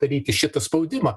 daryti šitą spaudimą